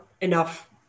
enough